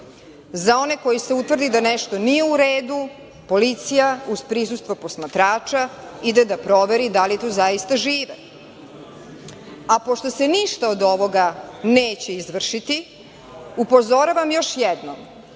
za koje se utvrdi da nešto nije u redu, policija uz prisustvo posmatrača ide da proveri da li tu zaista žive. A pošto se ništa od ovoga neće izvršiti upozoravam još jednom